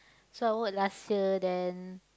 so I work last year then